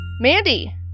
Mandy